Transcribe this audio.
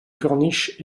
corniche